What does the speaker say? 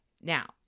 Now